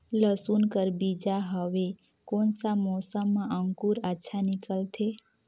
लसुन कर बीजा हवे कोन सा मौसम मां अंकुर अच्छा निकलथे?